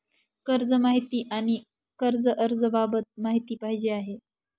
कर्ज माहिती आणि कर्ज अर्ज बाबत माहिती पाहिजे आहे